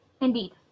Indeed